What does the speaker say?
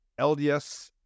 LDS